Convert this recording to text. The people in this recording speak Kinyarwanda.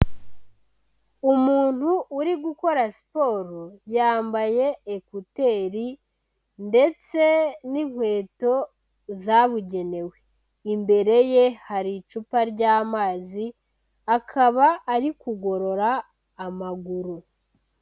Umuntu uri gukora siporo, yambaye ekuteri ndetse n'inkweto zabugenewe. Imbere ye hari icupa ry'amazi, akaba ari kugorora amaguru.